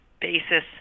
basis